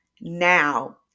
Now